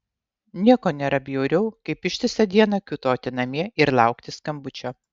nieko nėra bjauriau kaip ištisą dieną kiūtoti namie ir laukti skambučio